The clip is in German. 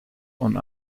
und